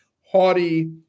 haughty